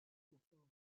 fulfill